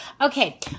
okay